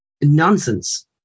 nonsense